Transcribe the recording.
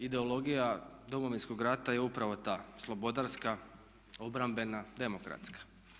Ideologija Domovinskog rata je upravo ta slobodarska, obrambena, demokratska.